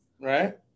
right